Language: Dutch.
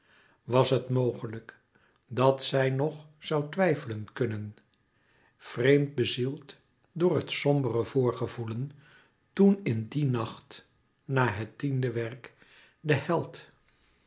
was het mogelijk dat zij nog zoû twijfelen kunnen vreemd bezield door het sombere voorgevoelen toen in die nacht na het tiende werk de held